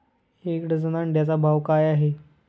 एक डझन अंड्यांचा भाव काय आहे?